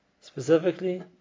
specifically